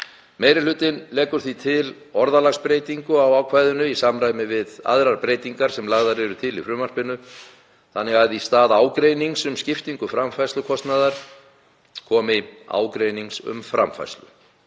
Meiri hlutinn leggur því til orðalagsbreytingu á ákvæðinu í samræmi við aðrar breytingar sem lagðar eru til í frumvarpinu, þannig að í stað „ágreinings um skiptingu framfærslukostnaðar“ komi „ágreinings um framfærslu“.